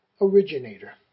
originator